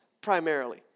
primarily